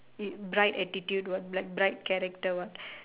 bright attitude what bri~ bright character what